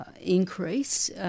increase